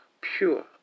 pure